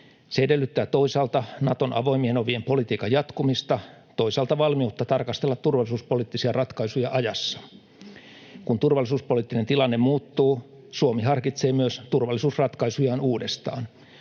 Se edellyttää toisaalta Naton avoimien ovien politiikan jatkumista, toisaalta valmiutta tarkastella turvallisuuspoliittisia ratkaisuja ajassa. Kun turvallisuuspoliittinen tilanne muuttuu, Suomi harkitsee myös turvallisuusratkaisujaan uudestaan.